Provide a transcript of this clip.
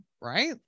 Right